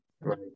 right